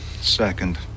second